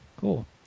cool